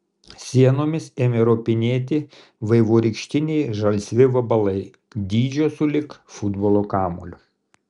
sienomis ėmė ropinėti vaivorykštiniai žalsvi vabalai dydžio sulig futbolo kamuoliu